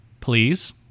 please